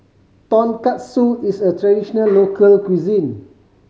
tonkatsu is a traditional local cuisine